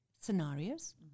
scenarios